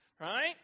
right